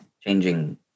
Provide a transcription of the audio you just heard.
changing